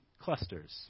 clusters